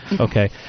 Okay